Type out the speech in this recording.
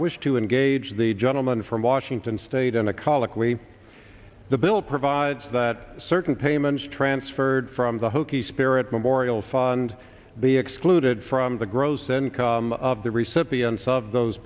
wish to engage the gentleman from washington state in a colloquy the bill provides that certain payments transferred from the hokie spirit memorial fund be excluded from the gross income of the recipients of those